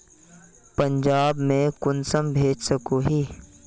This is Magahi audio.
पंजाब में कुंसम भेज सकोही?